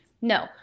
no